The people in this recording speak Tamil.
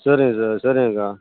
சரிங்க சார் சரிங்க்கா